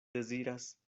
deziras